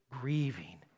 grieving